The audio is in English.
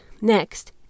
Next